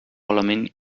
element